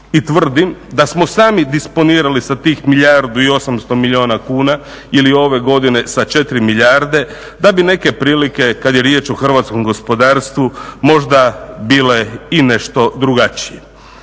i tvrdim da smo sami disponirali sa tih milijardu i osamsto milijuna kuna ili ove godine sa 4 milijarde da bi neke prilike kad je riječ o hrvatskom gospodarstvu možda bile i nešto drugačije.